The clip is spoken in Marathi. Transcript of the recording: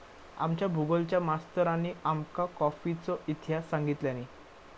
आमच्या भुगोलच्या मास्तरानी आमका कॉफीचो इतिहास सांगितल्यानी